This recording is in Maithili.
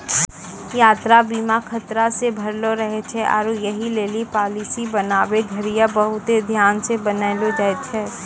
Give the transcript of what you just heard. यात्रा बीमा खतरा से भरलो रहै छै आरु यहि लेली पालिसी बनाबै घड़ियां बहुते ध्यानो से बनैलो जाय छै